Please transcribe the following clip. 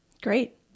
Great